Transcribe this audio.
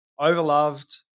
overloved